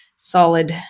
Solid